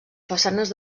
façanes